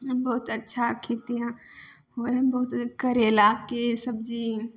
बहुत अच्छा खेती यहाँ होइ हइ बहुत करैलाके सब्जी